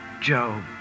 Joe